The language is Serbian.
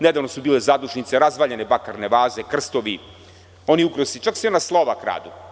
Nedavno su bile zadušnice, razvaljene bakarne vaze, krstovi, oni ukrasi, čak se i ona slova kradu.